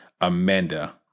Amanda